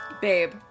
Babe